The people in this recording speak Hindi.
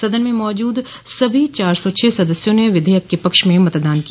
सदन में मौजूद सभी चार सौ छह सदस्यों ने विधेयक के पक्ष में मतदान किया